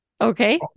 Okay